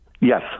Yes